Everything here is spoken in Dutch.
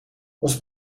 ons